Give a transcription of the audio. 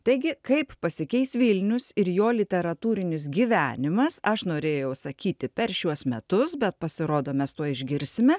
taigi kaip pasikeis vilnius ir jo literatūrinis gyvenimas aš norėjau sakyti per šiuos metus bet pasirodo mes tuoj išgirsime